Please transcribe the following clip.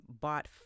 bought